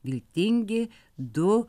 viltingi du